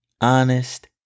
honest